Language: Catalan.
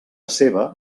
seva